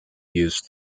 used